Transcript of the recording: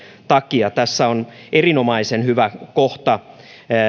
takia tässä on erinomaisen hyvä kohta